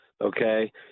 okay